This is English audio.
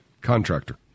contractor